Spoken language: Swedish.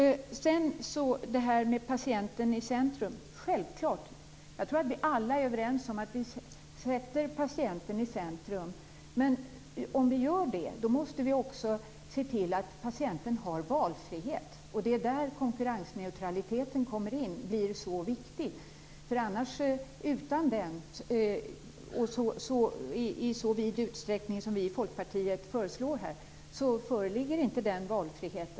Sedan går jag till det som sades om att patienten skall stå i centrum. Det är självklart. Jag tror att vi alla är överens om att vi sätter patienten i centrum. Men om vi gör det måste vi också se till att patienten har valfrihet. Det är där konkurrensneutraliteten kommer in och blir så viktig. Utan en konkurrensneutralitet i så vid utsträckning som vi i Folkpartiet föreslår föreligger ingen valfrihet.